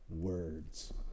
words